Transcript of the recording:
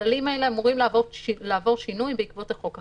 הכללים האלה אמורים לעבור שינוי בעקבות החוק החדש.